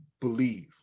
believe